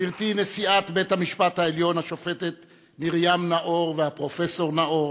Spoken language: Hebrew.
גברתי נשיאת בית-המשפט העליון השופטת מרים נאור והפרופסור נאור,